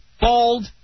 Bald